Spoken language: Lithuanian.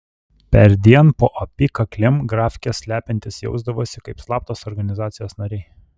perdien po apykaklėm grafkes slepiantys jausdavosi kaip slaptos organizacijos nariai